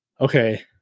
okay